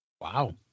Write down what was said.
Wow